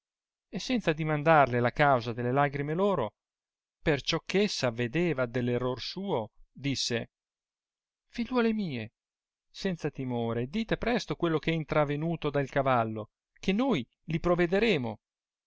e senza addimandarle la causa delle lagrime loro perciò che s avedeva dell error suo disse figliuole mie senza timore dite presto quello è intravenuto del cavallo che noi li provederemo